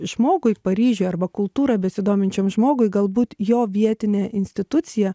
žmogui paryžiuj arba kultūra besidominčiam žmogui galbūt jo vietinė institucija